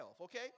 okay